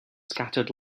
scattered